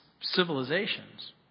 civilizations